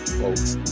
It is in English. folks